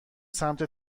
سمت